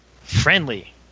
friendly